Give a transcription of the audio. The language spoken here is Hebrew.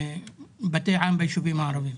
בתי עם ביישובים הערביים.